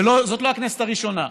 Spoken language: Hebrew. וזאת לא הכנסת הראשונה.